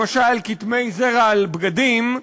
למשל כתמי זרע על בגדים,